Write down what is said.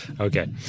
Okay